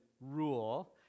rule